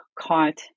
caught